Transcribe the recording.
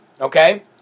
okay